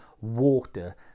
water